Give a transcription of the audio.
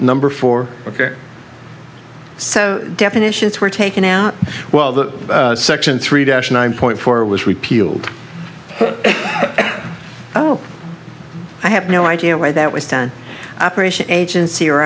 number four ok so definitions were taken out well the section three dash nine point four was repealed oh oh i have no idea why that was done operation agency or